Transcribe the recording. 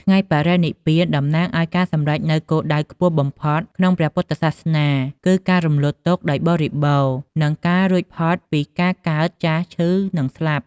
ថ្ងៃបរិនិព្វាន តំណាងឱ្យការសម្រេចនូវគោលដៅខ្ពស់បំផុតក្នុងព្រះពុទ្ធសាសនា គឺការរំលត់ទុក្ខដោយបរិបូណ៌ និងការរួចផុតពីការកើត ចាស់ ឈឺ និងស្លាប់។